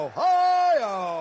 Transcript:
Ohio